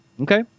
Okay